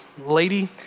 lady